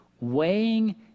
Weighing